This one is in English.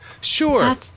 Sure